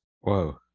Whoa